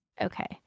Okay